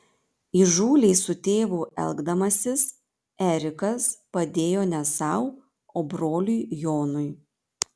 įžūliai su tėvu elgdamasis erikas padėjo ne sau o broliui jonui